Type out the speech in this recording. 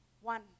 one